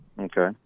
Okay